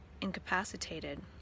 incapacitated